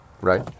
right